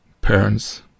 Parents